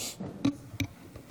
אין.